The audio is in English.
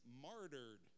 martyred